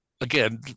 again